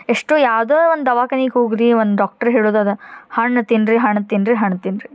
ಎಷ್ಟೋ ಯಾವ್ದೋ ಒಂದು ದವಾಖಾನಿಗೆ ಹೋಗಿರಿ ಒಂದು ಡಾಕ್ಟ್ರ್ ಹೇಳೋದು ಅದೇ ಹಣ್ಣು ತಿನ್ನಿರಿ ಹಣ್ಣು ತಿನ್ನಿರಿ ಹಣ್ಣು ತಿನ್ನಿರಿ